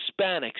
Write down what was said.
Hispanics